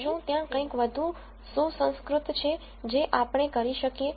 તેથી શું ત્યાં કંઈક વધુ સુસંસ્કૃત છે જે આપણે કરી શકીએ